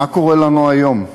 מה קורה לנו היום?